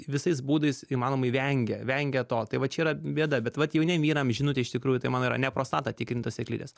visais būdais įmanomai vengė vengė to tai va čia yra bėda bet vat jauniem vyram žinutė iš tikrųjų tai mano yra ne prostatą tikrint o sėklides